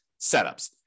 setups